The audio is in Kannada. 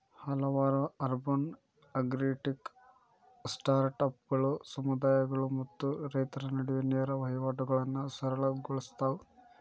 ಹಲವಾರು ಅರ್ಬನ್ ಅಗ್ರಿಟೆಕ್ ಸ್ಟಾರ್ಟ್ಅಪ್ಗಳು ಸಮುದಾಯಗಳು ಮತ್ತು ರೈತರ ನಡುವೆ ನೇರ ವಹಿವಾಟುಗಳನ್ನಾ ಸರಳ ಗೊಳ್ಸತಾವ